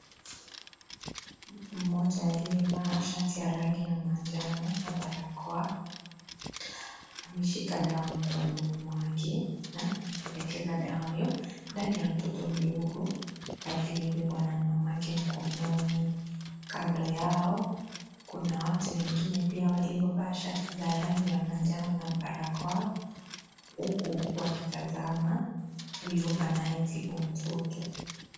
Mtu mmoja aliyevaa shati ya rangi ya manjano na barakoa. Ameshika dawa mkononi mwake na anaelekeza dawa hiyo ndani ya mtoto mdogo aliyebebwa na mamake mkononi. Kando yao kuna watu wengine pia waliovaa shati za rangi ya manjano na barakoa. Huku wakitazama huyo anayetibu mtoto.